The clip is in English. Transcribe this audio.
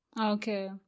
Okay